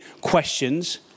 questions